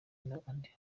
n’abandi